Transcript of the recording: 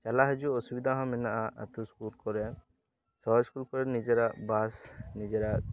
ᱪᱟᱞᱟᱣ ᱦᱤᱡᱩᱜ ᱚᱥᱩᱵᱤᱫᱟ ᱦᱚᱸ ᱢᱮᱱᱟᱜᱼᱟ ᱟᱛᱳ ᱤᱥᱠᱩᱞ ᱠᱚᱨᱮ ᱥᱚᱦᱚᱨ ᱤᱥᱠᱩᱞ ᱠᱚᱨᱮ ᱱᱤᱡᱮᱨᱟᱜ ᱵᱟᱥ ᱱᱤᱡᱮᱨᱟᱜ